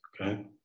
Okay